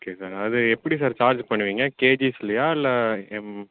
okay sir அது எப்படி sir charge பண்ணுவீங்க கேஜிஸ்லையா இல்லை எம்